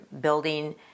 building